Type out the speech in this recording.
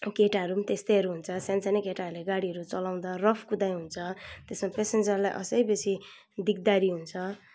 केटाहरू त्यस्तैहरू हुन्छ सान्सानो केटाहरूले गाडीहरू चलाउँदा रफ कुदाइ हुन्छ त्यसमा पेसेन्जरलाई अझ बेसी दिगदारी हुन्छ